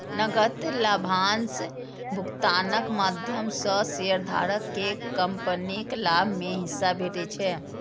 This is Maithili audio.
नकद लाभांश भुगतानक माध्यम सं शेयरधारक कें कंपनीक लाभ मे हिस्सा भेटै छै